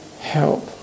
help